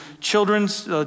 children's